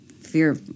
fear